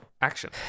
Action